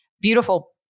beautiful